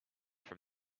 from